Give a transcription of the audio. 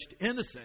innocent